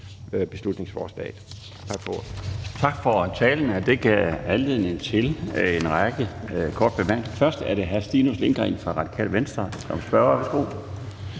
Laustsen): Tak for talen. Den gav anledning til en række korte bemærkninger. Først er det hr. Stinus Lindgreen for Radikale Venstre.